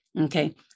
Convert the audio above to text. Okay